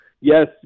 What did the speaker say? yes